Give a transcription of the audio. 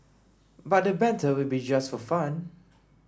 but the banter will be just for fun